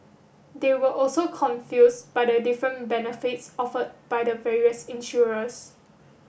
they were also confused by the different benefits offered by the various insurers